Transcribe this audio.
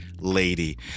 lady